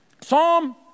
psalm